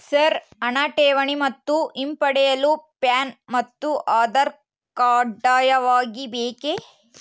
Sir ಹಣ ಠೇವಣಿ ಮತ್ತು ಹಿಂಪಡೆಯಲು ಪ್ಯಾನ್ ಮತ್ತು ಆಧಾರ್ ಕಡ್ಡಾಯವಾಗಿ ಬೇಕೆ?